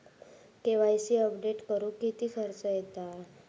KYC update करुक किती खर्च येता?